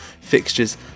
fixtures